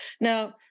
Now